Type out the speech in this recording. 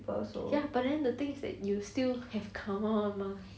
ya but the thing is that you still have karma mah